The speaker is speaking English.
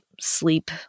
sleep